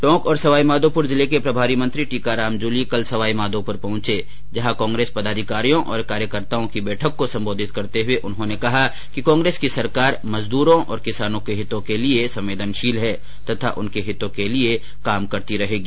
टोंक और सवाईमाधोपुर जिले के प्रभारी मंत्री टीकाराम जुली कल सवाईमाधोपुर पहुंचे जहां कांग्रेस पदाधिकारियों और कार्यकर्ताओं की बैठक को संबोधित करते हुए उन्होंने कहा कि कांग्रेस की सरकार मजदूरों और किसानों के हितों के लिये संवेदनशील है तथा उनके हितों के लिये कार्य करती रहेगी